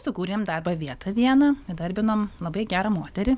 sukūrėm darbo vietą vieną įdarbinom labai gerą moterį